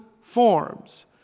forms